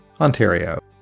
Ontario